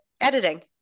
editing